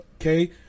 Okay